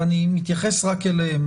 ואני מתייחס רק אליהם.